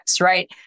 right